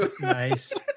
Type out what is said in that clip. Nice